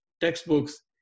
textbooks